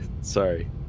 Sorry